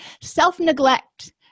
Self-neglect